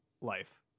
life